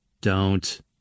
Don't